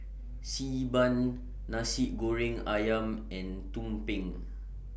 Xi Ban Nasi Goreng Ayam and Tumpeng